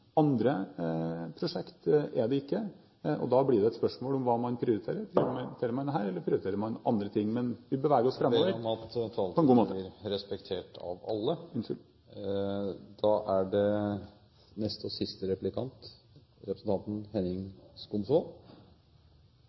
andre prosjekter er det ikke. Da blir det et spørsmål om hva man prioriterer – prioriterer man dette, eller prioriterer man andre ting? Men vi beveger oss framover på en god måte. Presidenten ber om at taletiden blir respektert av alle. Unnskyld! Det er en kjensgjerning at det